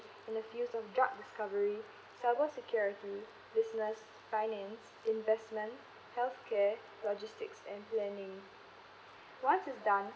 in the fields of drug discovery cyber security business finance investment healthcare logistics and planning once it's done